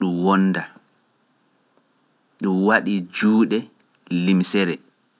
ɗum wonda, ɗum waɗi juuɗe limsere.